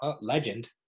Legend